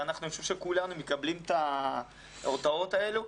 ואני חושב שכולנו מקבלים את ההודעות האלו,